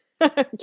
Okay